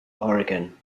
oregon